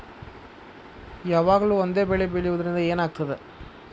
ಯಾವಾಗ್ಲೂ ಒಂದೇ ಬೆಳಿ ಬೆಳೆಯುವುದರಿಂದ ಏನ್ ಆಗ್ತದ?